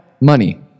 Money